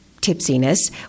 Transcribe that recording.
tipsiness